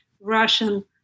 Russian